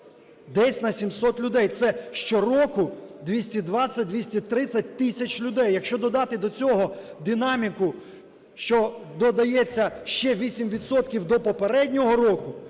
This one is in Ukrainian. десь на 700 людей. Це щороку 220-230 тисяч людей. Якщо додати до цього динаміку, що додається ще 8 відсотків до попереднього року,